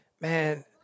man